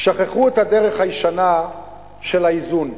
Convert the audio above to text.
שכחו את הדרך הישנה של האיזון.